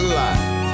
life